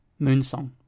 Moonsong